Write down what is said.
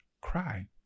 cry